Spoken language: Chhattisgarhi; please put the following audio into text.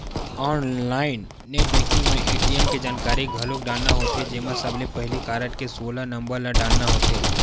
ऑनलाईन नेट बेंकिंग म ए.टी.एम के जानकारी घलोक डालना होथे जेमा सबले पहिली कारड के सोलह नंबर ल डालना होथे